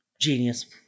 Genius